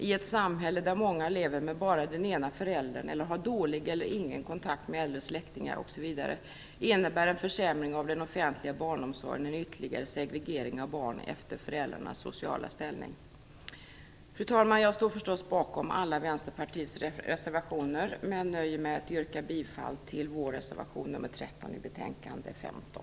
I ett samhälle där många lever med bara den ena föräldern eller har dålig eller ingen kontakt med äldre släktingar innebär en försämring av den offentliga barnomsorgen en ytterligare segregering av barn efter föräldrarnas sociala ställning. Fru talman! Jag står naturligtvis bakom alla Vänsterpartiets reservationer men nöjer mig med att yrka bifall till vår reservation nr 13 i betänkande 15.